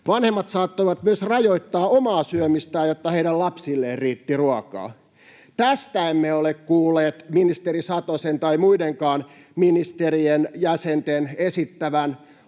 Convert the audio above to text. Vanhemmat saattoivat myös rajoittaa omaa syömistään, jotta heidän lapsilleen riitti ruokaa. Tästä emme ole kuulleet ministeri Satosen tai muidenkaan ministerien esittävän